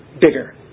bigger